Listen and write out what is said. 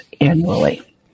annually